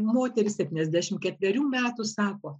moteris septyniasdešimt ketverių metų sako